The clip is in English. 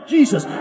Jesus